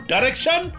Direction